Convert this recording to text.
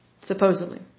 supposedly